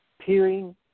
peering